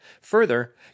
Further